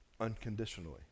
unconditionally